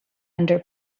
under